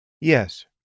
Yes